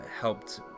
helped